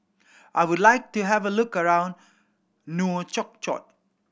I would like to have a look around Nouakchott